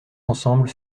ensemble